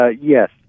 Yes